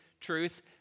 truth